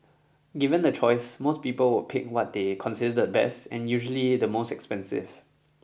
given the choice most people would pick what they consider the best and usually the most expensive